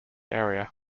area